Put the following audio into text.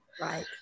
right